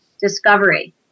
discovery